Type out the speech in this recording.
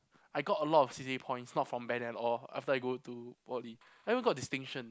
I got a lot of C_C_A points not from band at all after I go to poly I even got distinction